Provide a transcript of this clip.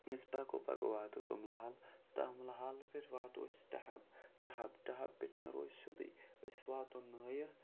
أسۍ پَکو پَکو واتو تُملَہَل تُملَہَل پٮ۪ٹھ واتو أسۍ ٹَہَب ٹَہَب ٹَہَب پٮ۪ٹھ نیرو أسۍ سیوٚدُے أسۍ واتو نٲیِر